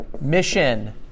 Mission